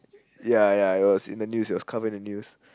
ya ya it was in the news it was covered in the news